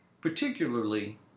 particularly